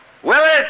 Willis